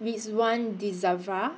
Ridzwan Dzafir